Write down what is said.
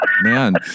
Man